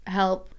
help